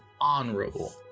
honorable